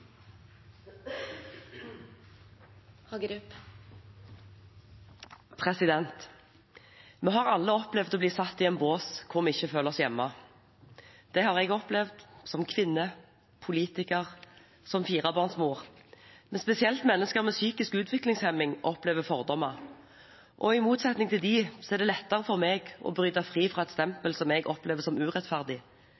ha ein god politikk på VTA-området. Vi har alle opplevd å bli satt i en bås hvor vi ikke føler oss hjemme. Det har jeg opplevd som kvinne, som politiker og som firebarnsmor. Spesielt mennesker med psykisk utviklingshemning opplever fordommer. Men i motsetning til dem er det lettere for meg å bryte fri